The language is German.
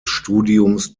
studiums